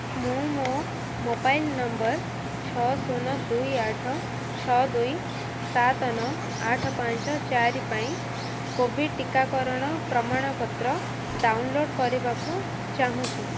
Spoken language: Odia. ମୁଁ ମୋ ମୋବାଇଲ୍ ନମ୍ବର୍ ଛଅ ଶୂନ ଦୁଇ ଆଠ ଛଅ ଦୁଇ ଦୁଇ ସାତ ନଅ ଆଠ ପାଞ୍ଚ ଚାରି ପାଇଁ କୋଭିଡ଼୍ ଟିକାକରଣ ପ୍ରମାଣପତ୍ର ଡାଉନଲୋଡ଼୍ କରିବାକୁ ଚାହୁଁଛି